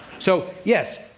so yes,